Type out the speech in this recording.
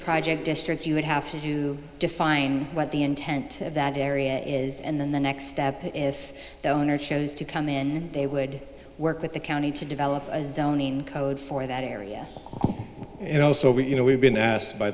project district you would have to define what the intent of that area is and then the next step if the owner chose to come in they would work with the county to develop a zoning code for that area and also we you know we've been a